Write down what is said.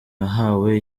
yahawe